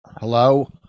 Hello